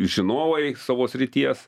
žinovai savo srities